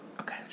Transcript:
Okay